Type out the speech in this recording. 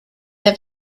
der